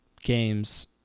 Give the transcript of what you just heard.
games